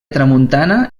tramuntana